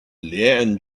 leanne